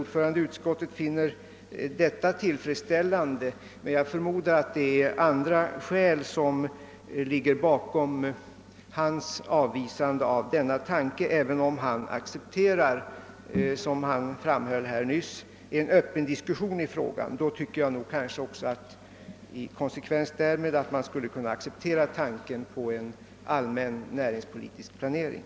Jag förmodar dock att det är andra skäl än herr Franzéns som ligger bakom när bankoutskottets värderade ordförande avvisar motionens förslag, även om han, som han nyss framhöll, accepterar en öppen diskussion i frågan. I konsekvens därmed borde det finnas förutsättningar att även acceptera tanken på en allmän näringspolitisk planering.